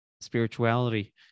spirituality